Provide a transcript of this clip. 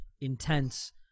intense